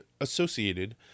associated